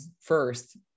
first